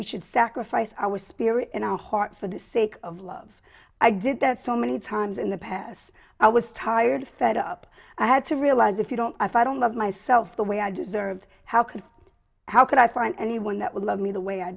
we should sacrifice our spirit in our hearts for the sake of love i did that so many times in the past i was tired fed up i had to realize if you don't if i don't love myself the way i deserved how could how could i find anyone that would love me the way i